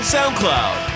SoundCloud